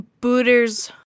Booter's